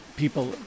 People